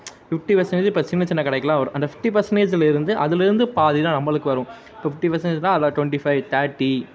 fifty percentage இப்போ சின்ன சின்ன கடைக்கெலாம் வரும் அந்த ஃபிஃப்ட்டி பர்சென்டேஜுலேருந்து அதுலேருந்து பாதி தான் நம்மளுக்கு வரும் இப்போ ஃபிஃப்ட்டி பர்சென்டேஜ்னால் அதை டொண்ட்டி ஃபை தேர்ட்டி